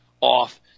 off